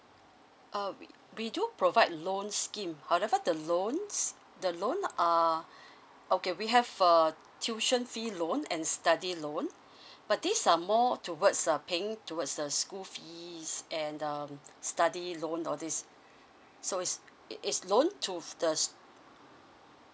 uh we we do provide loan scheme however the loans the loan err okay we have uh tuition fee loan and study loan but these are more towards uh paying towards the school fees and um study loan all these so is it is loan to the